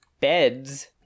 beds